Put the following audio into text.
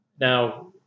now